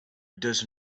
does